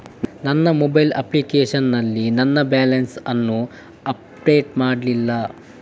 ನನ್ನ mobile application ನಲ್ಲಿ ನನ್ನ ಬ್ಯಾಲೆನ್ಸ್ ಅನ್ನು ಅಪ್ಡೇಟ್ ಮಾಡ್ಲಿಲ್ಲ